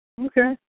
Okay